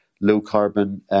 low-carbon